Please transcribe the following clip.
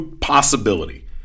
possibility